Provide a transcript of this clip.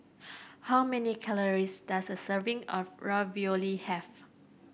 how many calories does a serving of Ravioli have